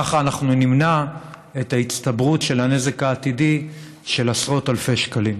ככה אנחנו נמנע את ההצטברות של הנזק העתידי של עשרות אלפי שקלים.